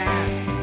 ask